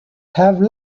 have